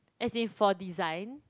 as in for design